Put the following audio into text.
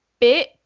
bit